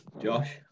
Josh